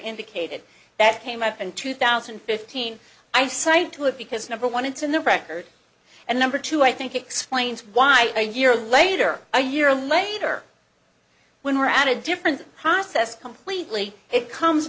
indicated that came up in two thousand and fifteen i cited to it because number one it's in the record and number two i think explains why year later a year later when we're on a different process completely it comes